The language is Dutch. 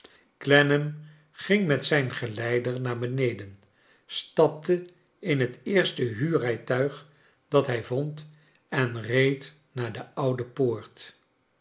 clennam ging met zijn geleider naar beneden stapte in het eerste huurrijtuig dat hij vond en reed naar de oude poort